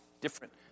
Different